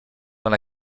dans